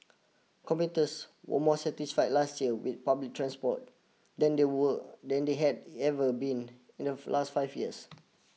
commuters were more satisfied last year with public transport than they were than they had ever been in the last five years